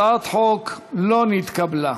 הצעת החוק לא נתקבלה.